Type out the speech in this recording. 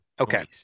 okay